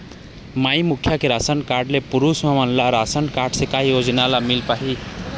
माई मुखिया के ration card म पुरुष हमन ला रासनकारड से का योजना मिल पाही का?